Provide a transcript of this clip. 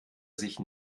sich